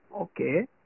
Okay